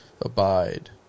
Abide